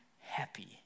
happy